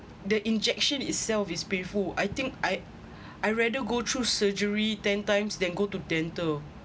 the injection itself is painful I think I I rather go through surgery ten times than go to dental